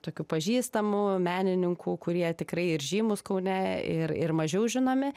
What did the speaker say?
tokių pažįstamų menininkų kurie tikrai ir žymūs kaune ir ir mažiau žinomi